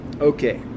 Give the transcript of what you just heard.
Okay